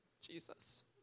Jesus